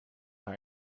haar